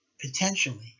potentially